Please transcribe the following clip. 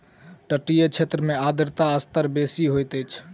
तटीय क्षेत्र में आर्द्रता स्तर बेसी होइत अछि